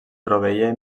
proveïa